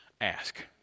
Ask